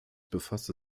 befasste